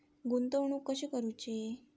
गुंतवणूक कशी करूची?